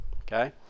okay